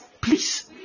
please